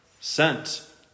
sent